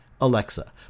Alexa